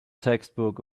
textbook